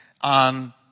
on